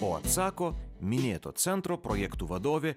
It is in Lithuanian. o atsako minėto centro projektų vadovė